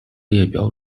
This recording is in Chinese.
列表